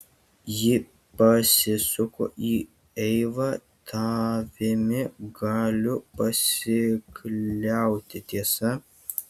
ji pasisuko į eivą tavimi galiu pasikliauti tiesa